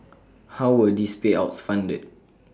how were these payouts funded